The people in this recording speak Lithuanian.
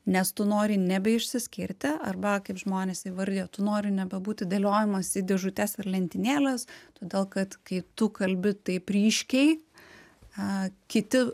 nes tu nori nebeišsiskirti arba kaip žmonės įvardija tu nori nebebūti dėliojamas į dėžutes ar lentynėles todėl kad kai tu kalbi taip ryškiai a kiti